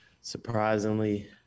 Surprisingly